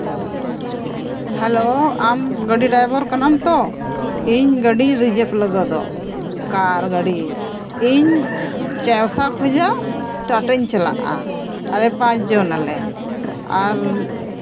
hello ᱟᱢ ᱜᱟᱹᱰᱤ driver ᱠᱟᱱᱟᱢ ᱛᱚ ᱤᱧ ᱜᱟᱹᱰᱤ ᱨᱤᱡᱟᱹᱵᱽ ᱞᱟᱹᱜᱤᱫᱚᱜ ᱟᱨ ᱜᱟᱹᱰᱤᱞᱤᱧ ᱤᱧ ᱪᱟᱭᱵᱟᱥᱟ ᱠᱷᱚᱡᱟᱜ ᱴᱟᱴᱟᱧ ᱪᱟᱞᱟᱜᱼᱟ ᱟᱞᱮ ᱯᱟᱸᱪ ᱡᱚᱱᱟᱞᱮ ᱟᱨ